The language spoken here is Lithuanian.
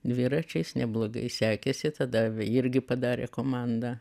dviračiais neblogai sekėsi tada irgi padarė komandą